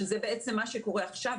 שזה בעצם מה שקורה עכשיו.